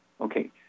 Okay